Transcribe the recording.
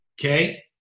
Okay